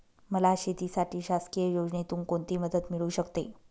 मला शेतीसाठी शासकीय योजनेतून कोणतीमदत मिळू शकते?